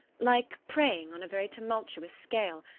like praying on a very tumultuous scale,